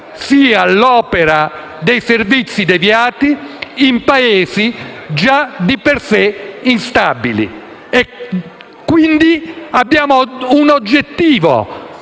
sia l'opera dei servizi deviati in Paesi già di per se instabili. Abbiamo, quindi, un oggettivo